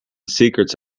secrets